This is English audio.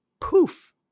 poof